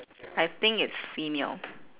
I think it's female